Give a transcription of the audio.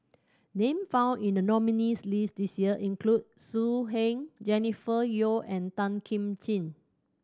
name found in the nominees' list this year include So Heng Jennifer Yeo and Tan Kim Ching